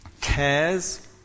cares